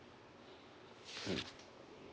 mm